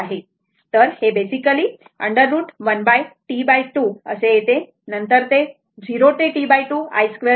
तर हे basically 2√1T2 येते नंतर 0 ते T2 i 2 d t येते बरोबर